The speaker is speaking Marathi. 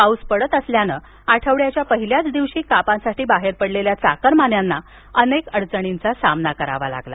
पाऊस पडत असल्याने आठवड्याच्या पहिल्या दिवशी कामासाठी बाहेर पडलेल्या चाकरमान्यांना अडचणींचा सामना करावा लागला